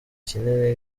kinini